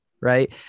right